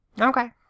okay